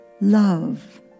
love